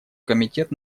комитет